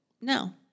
No